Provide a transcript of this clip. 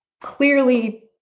Clearly